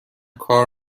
کار